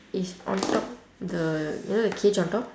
is on top the you know the cage on top